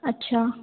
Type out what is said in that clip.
अच्छा